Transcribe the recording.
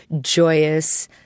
joyous